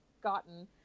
gotten